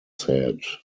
said